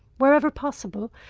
wherever possible,